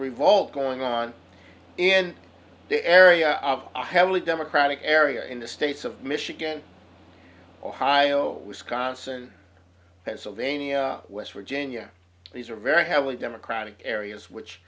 revolt going on in the area of a heavily democratic area in the states of michigan ohio wisconsin pennsylvania west virginia these are very heavily democratic areas which